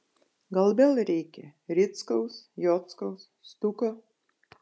gal vėl reikia rickaus jockaus stuko